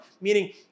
Meaning